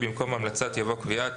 במקום "המלצת" יבוא "קביעת".